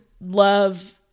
love